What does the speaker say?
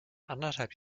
anderthalb